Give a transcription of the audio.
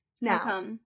Now